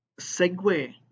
segue